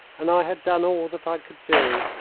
and i had done all that i could do.